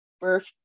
birth